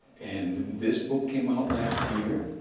and this book came out last year.